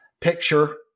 picture